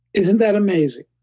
isn't that amazing?